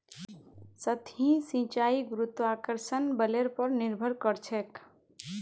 सतही सिंचाई गुरुत्वाकर्षण बलेर पर निर्भर करछेक